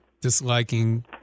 disliking